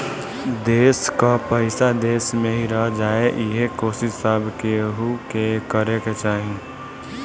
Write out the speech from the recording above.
देस कअ पईसा देस में ही रह जाए इहे कोशिश सब केहू के करे के चाही